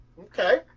okay